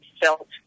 felt